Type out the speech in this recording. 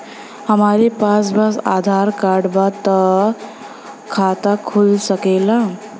हमरे पास बस आधार कार्ड बा त खाता खुल सकेला?